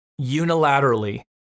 unilaterally